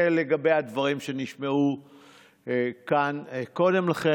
אלה דבריי על הדברים שנשמעו כאן קודם לכן.